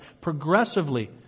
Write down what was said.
progressively